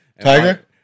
Tiger